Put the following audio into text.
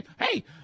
Hey